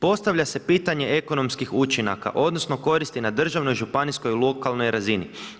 Postavlja se pitanje ekonomskih učinaka, odnosni koristi na državnoj, županijskoj, lokalnoj razini.